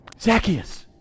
Zacchaeus